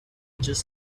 just